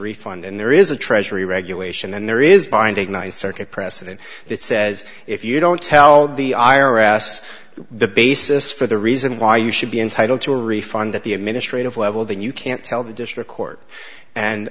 refund and there is a treasury regulation and there is binding nice circuit precedent that says if you don't tell the i r s the basis for the reason why you should be entitled to a refund at the administrative level then you can't tell the district court and